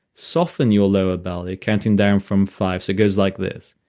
soften your lower belly counting down from five. so it goes like this.